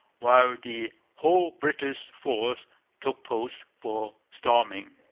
while the whole british force took post for storming.